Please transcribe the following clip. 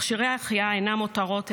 מכשירי החייאה אינם מותרות,